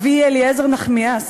אבי, אליעזר נחמיאס,